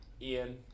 Ian